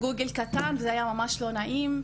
גוגל קטן, זה היה ממש לא נעים.